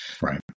Right